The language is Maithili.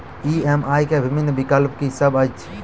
ई.एम.आई केँ विभिन्न विकल्प की सब अछि